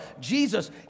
Jesus